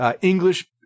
English